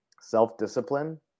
self-discipline